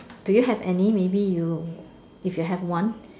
do you have any maybe you if you have one